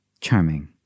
charming